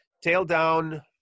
tail-down